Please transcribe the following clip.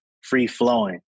free-flowing